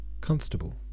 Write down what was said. Constable